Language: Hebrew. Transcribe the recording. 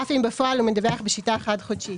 אף אם בפועל הוא מדווח בשיטה חד-חודשית,